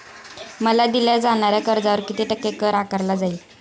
मला दिल्या जाणाऱ्या कर्जावर किती टक्के कर आकारला जाईल?